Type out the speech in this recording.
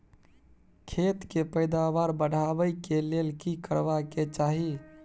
खेत के पैदावार बढाबै के लेल की करबा के चाही?